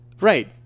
right